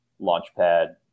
launchpad